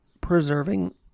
preserving